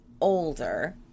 older